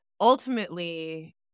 ultimately